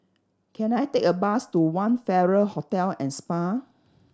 can I take a bus to One Farrer Hotel and Spa